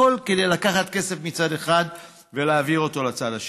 הכול כדי לקחת כסף מצד אחד ולהעביר אותו לצד השני.